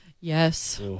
Yes